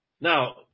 Now